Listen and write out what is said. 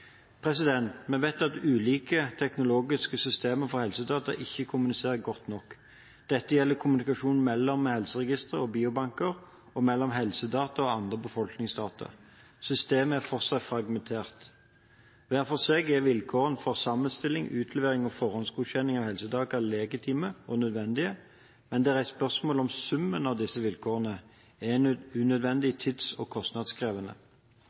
Vi vet at ulike teknologiske systemer for helsedata ikke kommuniserer godt nok. Dette gjelder kommunikasjon mellom helseregistre og biobanker og mellom helsedata og andre befolkningsdata. Systemet er fortsatt fragmentert. Hver for seg er vilkårene for sammenstilling, utlevering og forhåndsgodkjenning av helsedata legitime og nødvendige, men det er reist spørsmål om summen av disse vilkårene er unødvendig tid- og kostnadskrevende.